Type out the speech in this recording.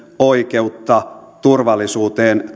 oikeutta turvallisuuteen